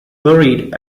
buried